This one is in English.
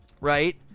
right